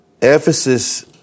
Ephesus